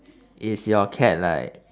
is your cat like